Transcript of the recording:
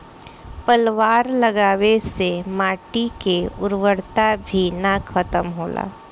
पलवार लगावे से माटी के उर्वरता भी ना खतम होला